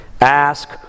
Ask